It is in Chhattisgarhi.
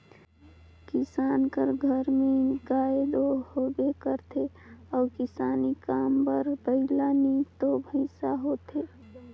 किसान कर घर में गाय दो रहबे करथे अउ किसानी काम बर बइला नी तो भंइसा होथे